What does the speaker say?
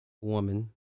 woman